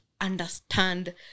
understand